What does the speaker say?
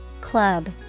club